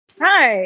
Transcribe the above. Hi